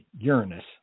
Uranus